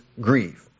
grieve